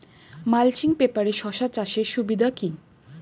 Mulching পেপারে শসা চাষের সুবিধা কি?